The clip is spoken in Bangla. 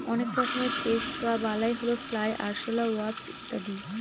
অনেক রকমের পেস্ট বা বালাই হল ফ্লাই, আরশলা, ওয়াস্প ইত্যাদি